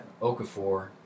Okafor